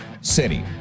city